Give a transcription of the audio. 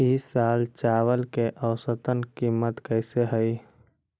ई साल चावल के औसतन कीमत कैसे हई?